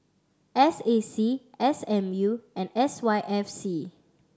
S A C S M U and S Y F C